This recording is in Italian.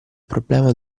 problema